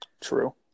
True